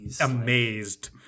amazed